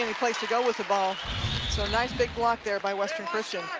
um place to go with the but so nice big block there by western christian.